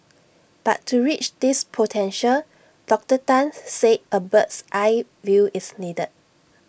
but to reach this potential Doctor Tan said A bird's eye view is needed